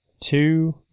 two